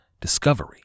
Discovery